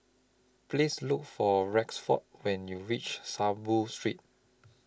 Please Look For Rexford when YOU REACH Saiboo Street